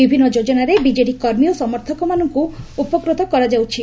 ବିଭିନ୍ନ ଯୋଜନାରେ ବିଜେଡି କର୍ମୀ ଓ ସମର୍ଥକମାନଙ୍ଙ୍କୁ ଉପକୃତ କରାଯାଉଛି